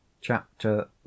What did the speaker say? Chapter